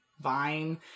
vine